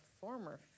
former